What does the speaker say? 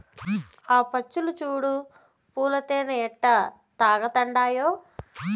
ఆ పచ్చులు చూడు పూల తేనె ఎట్టా తాగతండాయో